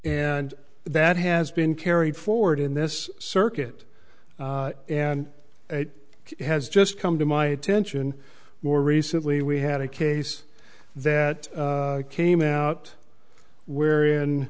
and that has been carried forward in this circuit and it has just come to my attention more recently we had a case that came out where